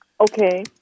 Okay